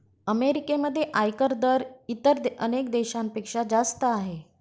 अमेरिकेमध्ये आयकर दर इतर अनेक देशांपेक्षा जास्त आहे